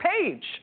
Page